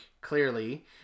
Clearly